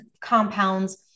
compounds